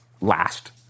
last